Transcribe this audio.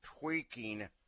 tweaking